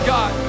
God